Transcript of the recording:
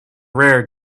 rare